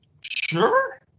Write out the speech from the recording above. sure